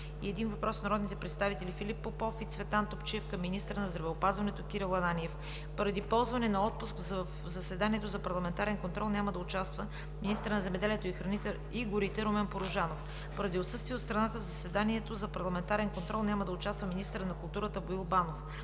един въпрос от народните представители Филип Попов и Цветан Топчиев към министъра на здравеопазването Кирил Ананиев. Поради ползване на отпуск, в заседанието за парламентарен контрол няма да участва министърът на земеделието, храните и горите Румен Порожанов. Поради отсъствие от страната в заседанието за парламентарен контрол няма да участва министърът на културата Боил Банов.